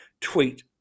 tweet